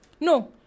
No